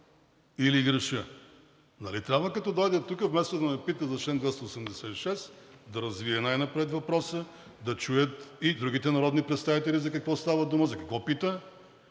Или греша? Нали трябва, като дойде тук, вместо да ме пита за чл. 286, да развие най напред въпроса, да чуят и другите народни представители за какво става дума, за какво пита.